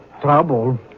trouble